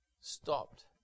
stopped